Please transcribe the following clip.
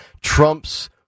trump's